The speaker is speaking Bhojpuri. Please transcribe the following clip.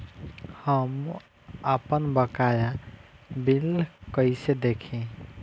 हम आपनबकाया बिल कइसे देखि?